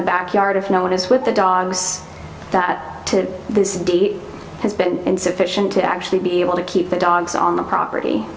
the back yard if no one is with the dogs that to this day he has been insufficient to actually be able to keep the dogs on the property